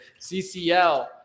CCL